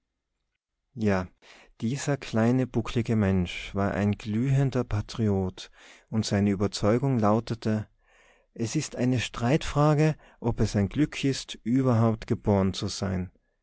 ja dieser kleine bucklige mensch war ein glühender patriot und seine überzeugung lautete es ist eine streitfrage ob es ein glück ist überhaupt geboren zu sein